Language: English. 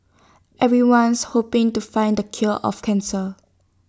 everyone's hoping to find the cure of cancer